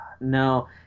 No